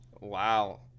Wow